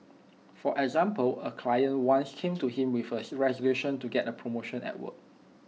for example A client once came to him with A resolution to get A promotion at work